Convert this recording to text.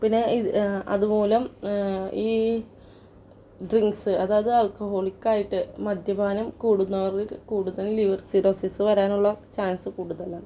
പിന്നെ ഇത് അതുമൂലം ഈ ഡ്രിങ്ക്സ് അതായത് ആൽക്കഹോളിക്കായിട്ട് മദ്യപാനം കൂടുന്നവറിൽ കൂടുതലും ഈ ലിവർ സിറോസിസ് വരാനുള്ള ചാൻസ് കൂടുതലാണ്